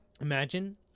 imagine